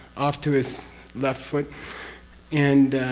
off to his left foot and.